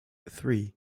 three